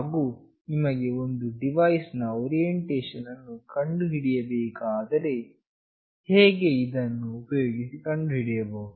ಹಾಗು ನಿಮಗೆ ಒಂದು ಡಿವೈಸ್ ನ ಓರಿಯೆಂಟೇಷನ್ ಅನ್ನು ಕಂಡುಹಿಡಿಯಬೇಕಾದರೆ ಹೇಗೆ ಇದನ್ನು ಉಪಯೋಗಿಸಿ ಕಂಡುಹಿಡಿಯಬಹುದು